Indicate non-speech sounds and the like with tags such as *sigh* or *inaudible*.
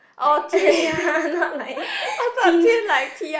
like *noise* ya not like